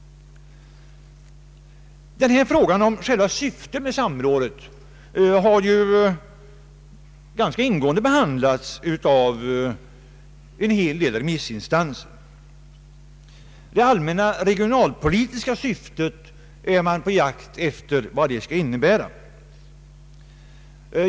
Frågan om själva syftet med samrådet har ju ganska ingående behandlats av en hel del remissinstanser. Man är på jakt efter vad det allmänna regionalpolitiska syftet skall innebära.